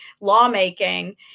lawmaking